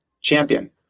champion